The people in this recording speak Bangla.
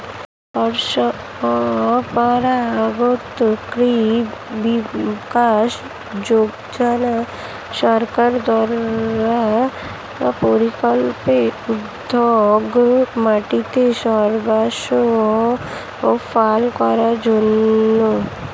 পরম্পরাগত কৃষি বিকাশ যোজনা সরকার দ্বারা পরিকল্পিত উদ্যোগ মাটির স্বাস্থ্য ভাল করার জন্যে